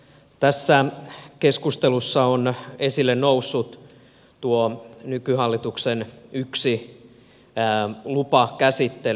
tässä keskustelussa on esille noussut tuo nykyhallituksen yksi lupakäsittely